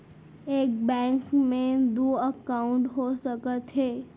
एक बैंक में दू एकाउंट हो सकत हे?